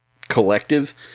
collective